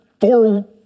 four